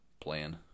plan